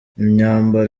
imyambaro